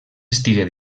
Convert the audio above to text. estigué